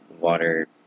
water